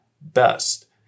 best